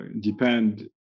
depend